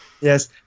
Yes